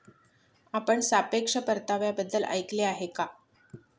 आपण सापेक्ष परताव्याबद्दल ऐकले आहे का?